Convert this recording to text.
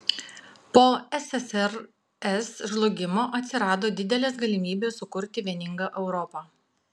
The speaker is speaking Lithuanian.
po ssrs žlugimo atsirado didelės galimybės sukurti vieningą europą